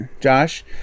Josh